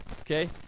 Okay